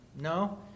No